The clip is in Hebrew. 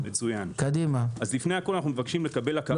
לפני הכול, אנחנו מבקשים לקבל הכרה